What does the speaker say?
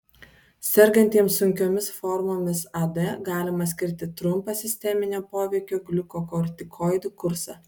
sergantiems sunkiomis formomis ad galima skirti trumpą sisteminio poveikio gliukokortikoidų kursą